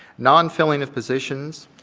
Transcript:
non-filling of positions,